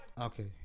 okay